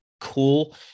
cool